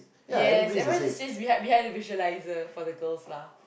yes everyone just sits behind behind the visualizer for the girls lah